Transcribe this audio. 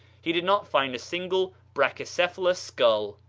he did not find a single brachycephalous skull.